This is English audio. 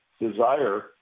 desire